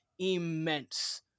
Immense